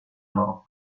mort